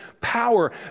power